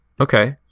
Okay